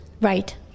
Right